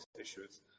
issues